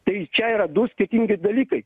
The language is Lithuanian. tai čia yra du skirtingi dalykai